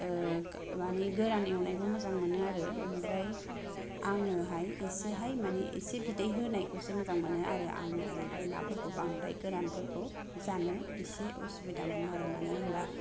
मानि गोरान एवनायखौ मोजां मोनो आरो आमफ्राय आङो हाय एसेहाय मानि एसे बिदै होनायखौसो मोजां मोनो आरो आङो आमफ्राय नाफोरखौ बांद्राय गोरानफोरखौ जानो एसे उसुबिदा मोनो आरो मानो होनब्ला